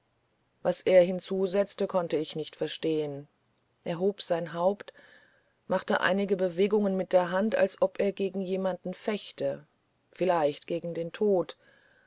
was er hinzusetzte konnte ich nicht verstehen er hob sein haupt machte einige bewegungen mit der hand als ob er gegen jemanden fechte vielleicht gegen den tod